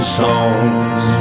songs